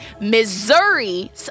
Missouri